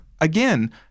again